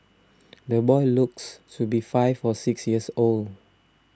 the boy looks to be five or six years old